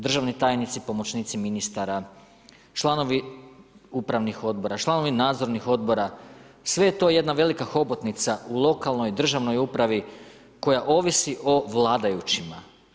Državni tajnici, pomoćnici ministara, članovi upravnih Odbora, članovi nadzornih Odbora, sve je to jedna velika hobotnica u lokalnoj, državnoj upravi koja ovisi o vladajućima.